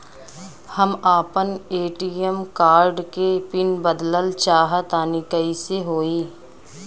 हम आपन ATM card के पीन बदलल चाहऽ तनि कइसे होई?